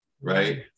Right